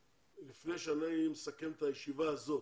לפני שאני מסיים את הישיבה הזאת,